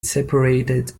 separated